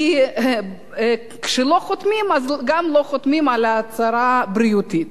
כי כשלא חותמים אז גם לא חותמים על הצהרת בריאות.